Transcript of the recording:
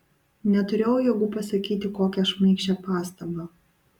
neturėjau jėgų pasakyti kokią šmaikščią pastabą